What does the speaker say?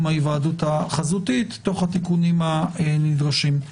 ההיוועדות החזותית תוך התיקונים הנדרשים.